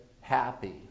happy